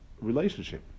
relationship